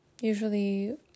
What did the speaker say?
usually